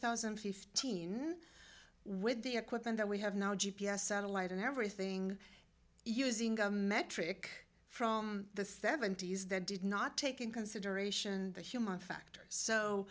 thousand and fifteen with the equipment that we have now g p s satellite and everything using a metric from the seventy's that did not take in consideration the human factor so